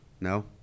No